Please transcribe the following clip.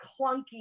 clunky